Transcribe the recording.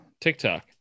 tiktok